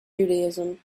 judaism